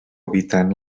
evitant